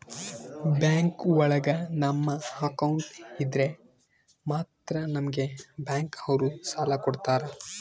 bank ಒಳಗ ನಮ್ account ಇದ್ರೆ ಮಾತ್ರ ನಮ್ಗೆ ಬ್ಯಾಂಕ್ ಅವ್ರು ಸಾಲ ಕೊಡ್ತಾರ